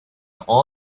all